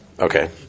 Okay